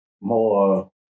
more